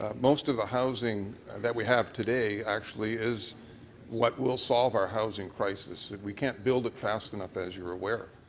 ah most of the houseing that we have today actually is what will solve our houseing crisis. we can't build it fast enough as you are aware.